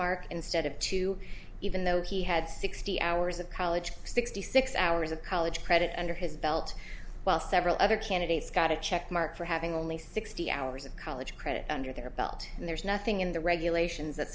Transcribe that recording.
mark instead of two even though he had sixty hours of college sixty six hours of college credit under his belt while several other candidates got a check mark for having only sixty hours of college credit under their belt and there's nothing in the regulations that